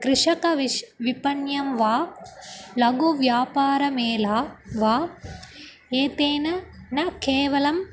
कृषकविश् विपण्यं वा लघुव्यापारमेला वा एतेन न केवलम्